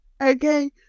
okay